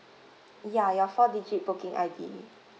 ya your four digit working I_D